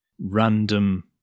random